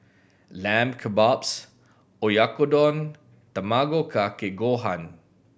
Lamb Kebabs Oyakodon Tamago Kake Gohan